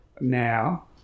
Now